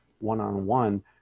one-on-one